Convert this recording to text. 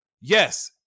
Yes